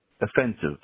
offensive